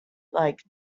like